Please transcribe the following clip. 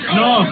no